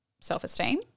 self-esteem